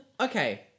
okay